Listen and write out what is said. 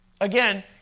Again